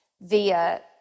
via